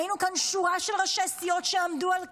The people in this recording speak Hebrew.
היינו כאן שורה של ראשי סיעות שעמדו על כך.